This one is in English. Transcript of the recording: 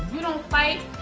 you don't fight,